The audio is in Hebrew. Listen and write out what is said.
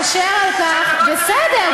אשר על כן, בסדר,